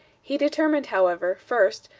he determined, however, first,